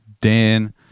dan